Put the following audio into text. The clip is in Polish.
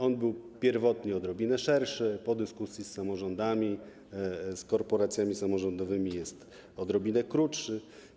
On był pierwotnie odrobinę szerszy, po dyskusji z samorządami, z korporacjami samorządowymi jest odrobinę krótszy.